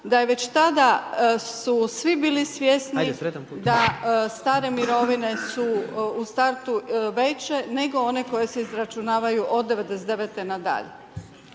da je već tada su svi bili svjesni da stare mirovine su u startu veće nego one koje se izračunavaju od '99. nadalje.